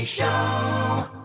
Show